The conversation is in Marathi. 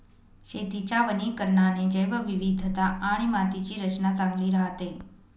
शेतीच्या वनीकरणाने जैवविविधता आणि मातीची रचना चांगली राहते